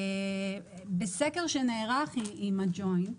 בסקר שנערך עם הג'וינט